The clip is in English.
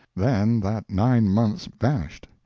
then that nine months vanished,